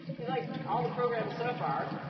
he's like, all the programs so far.